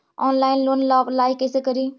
Online loan ला apply कैसे करी?